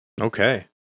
Okay